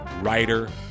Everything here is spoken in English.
writer